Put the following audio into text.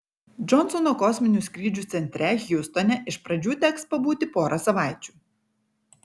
džonsono kosminių skrydžių centre hjustone iš pradžių teks pabūti porą savaičių